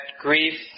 grief